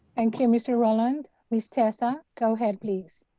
thank you, mr. roland. ms. tessa, go ahead, please.